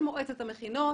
של מועצת המכינות,